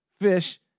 Fish